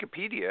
Wikipedia